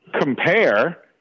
compare